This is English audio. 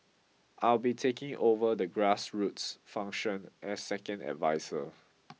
I'll be taking over the grassroots function as second adviser